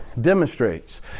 demonstrates